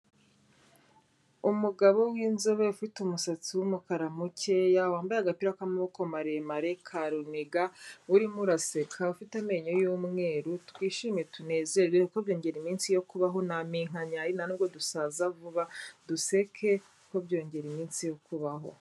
Umugabo w'inzobe ufite umusatsi w'umukara mukeya, wambaye agapira k'amaboko maremare ka runiga urimo uraseka, ufite amenyo y'umweru, twishime tunezerwe kuko byongera iminsi yo kubaho nta minkanyari nta nubwo dusaza vuba, duseke kuko byongera iminsi yo kubaho.